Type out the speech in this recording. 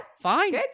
fine